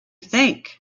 think